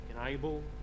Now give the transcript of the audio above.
enable